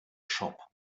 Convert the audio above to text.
shop